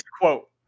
quote